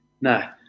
No